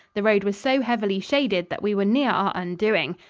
the road was so heavily shaded that we were near our undoing.